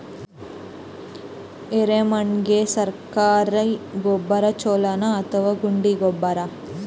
ಎರೆಮಣ್ ಗೆ ಸರ್ಕಾರಿ ಗೊಬ್ಬರ ಛೂಲೊ ನಾ ಅಥವಾ ಗುಂಡಿ ಗೊಬ್ಬರ?